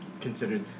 considered